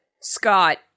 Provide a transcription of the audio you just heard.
Scott